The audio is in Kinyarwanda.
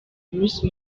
bruce